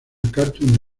cartoon